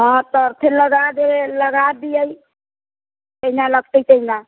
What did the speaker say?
हँ तऽ फेर लगाए देबै लगाए दियै जहिना लगतै तहिना